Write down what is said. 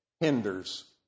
hinders